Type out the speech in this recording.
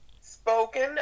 spoken